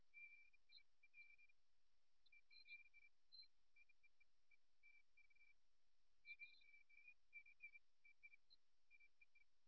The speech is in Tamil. இது விளையாட்டு நபர்களிடையே பொதுவானது இது பாதுகாப்புப் படைகளிலும் பொதுவாகக் காணப்படுகிறது மேலும் இது கடினத்தன்மையின் ஆள்மாறாட்டம்